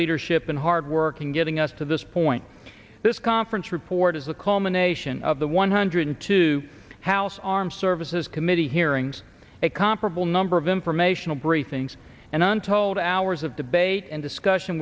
leadership and hard work in getting us to this point this conference report is a culmination of the one hundred two house armed services committee hearings a comparable number of informational briefings and untold hours of debate and discussion